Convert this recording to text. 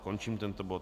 Končím tento bod.